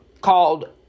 called